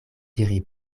diri